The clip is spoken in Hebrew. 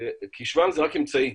כשמם זה רק אמצעי,